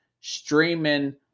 Streaming